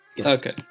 Okay